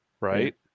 right